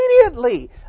immediately